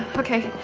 ah ok.